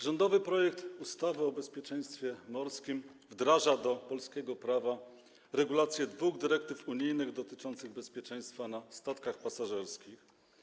Rządowy projekt ustawy o bezpieczeństwie morskim wdraża do polskiego prawa regulacje dwóch dyrektyw unijnych dotyczących bezpieczeństwa na statkach pasażerskich.